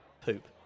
poop